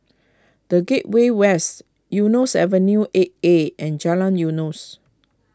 the Gateway West Eunos Avenue eight A and Jalan Eunos